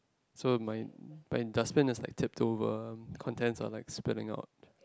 so my my dustbin is like tipped over contents are like spilling out